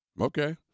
Okay